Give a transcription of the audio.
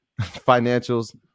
financials